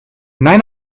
nein